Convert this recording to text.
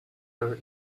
her